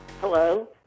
hello